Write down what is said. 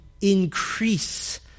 increase